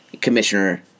commissioner